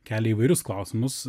kelia įvairius klausimus